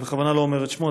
אני בכוונה לא אומר את שמו,